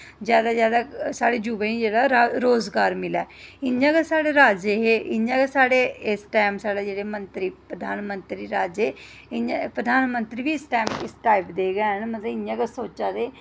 जादै जादै साढ़े युवाएं गी जेह्ड़ा रोज़गार मिलै इ'यां गै साढ़े राजे हे इ'यां गै साढ़े इस टैम साढ़े जेह्ड़े मंत्री प्रधानमंत्री राजे इ'यां प्रधानमंत्री बी इस टाइप दे गै न ते मतलब इ'यां गै सोचा दे